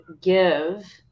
give